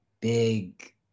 big